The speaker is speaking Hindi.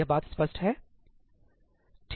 यह बात स्पष्ट है ठीक